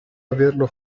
averlo